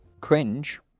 cringe